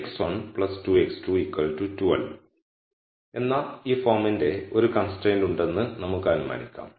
3 x1 2 x2 12 എന്ന ഈ ഫോമിന്റെ ഒരു കൺസ്ട്രയിന്റ് ഉണ്ടെന്ന് നമുക്ക് അനുമാനിക്കാം